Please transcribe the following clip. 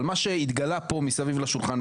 אבל מה שהתגלה פה מסביב לשולחן,